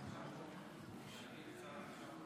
אתה צודק.